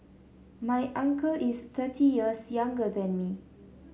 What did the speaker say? my uncle is thirty years younger than me